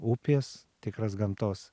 upės tikras gamtos